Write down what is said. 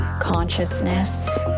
consciousness